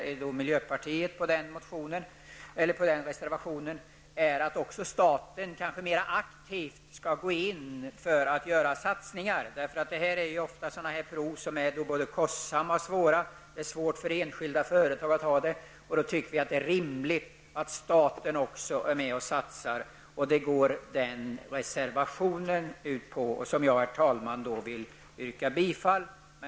Centern och miljöpartiet, som står bakom reservationen, anser emellertid att staten mera aktivt skall gå in med satsningar, eftersom sådana här prov ofta är både kostsamma och svåra och det därför är svårt för enskilda företag att genomföra satsningarna. Vi menar då att det är rimligt att även staten är med och satsar. Detta är innebörden i reservationen, och jag vill, herr talman, yrka bifall till den.